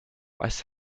was